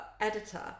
editor